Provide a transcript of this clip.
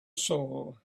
soul